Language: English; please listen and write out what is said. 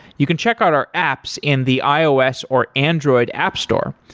you can check out our apps in the ios or android app store.